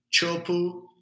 Chopu